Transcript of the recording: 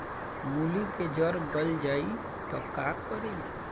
मूली के जर गल जाए त का करी?